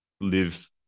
live